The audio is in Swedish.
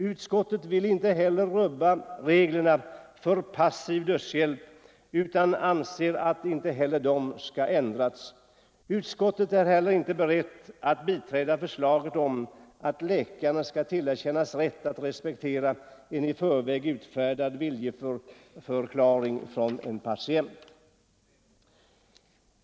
Utskottet vill inte heller rubba reglerna för passiv dödshjälp utan anser att ingenting därvidlag skall ändras. Inte heller är utskottet berett att utreda förslaget om att läkare skall tillerkännas rätt att respektera en i förväg utfärdad viljeförklaring från en patient.